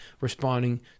responding